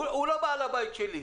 הוא לא בעל הבית שלי.